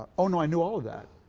ah oh no, i knew all of that.